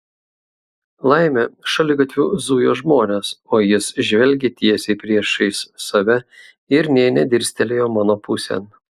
laimė šaligatviu zujo žmonės o jis žvelgė tiesiai priešais save ir nė nedirstelėjo mano pusėn